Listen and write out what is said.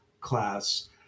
class